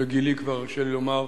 בגילי כבר יורשה לי לומר: